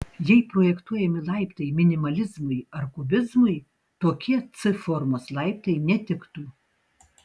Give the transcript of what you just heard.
jei projektuojami laiptai minimalizmui ar kubizmui tokie c formos laiptai netiktų